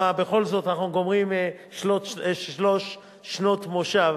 כי בכל זאת אנחנו גומרים שלוש שנות מושב